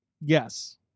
Yes